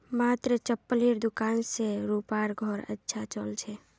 मात्र चप्पलेर दुकान स रूपार घर अच्छा चल छ